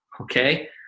Okay